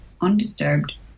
undisturbed